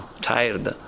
tired